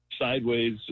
sideways